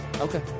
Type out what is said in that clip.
Okay